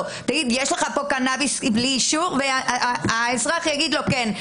אם יש לו קנאביס בלי אישור והאזרח יגיד לו כן.